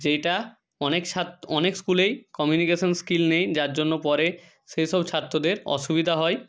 যেইটা অনেক ছাত্ত অনেক স্কুলেই কমিউনিকেশানস স্কিল নেই যার জন্য পরে সেই সব ছাত্রদের অসুবিধা হয়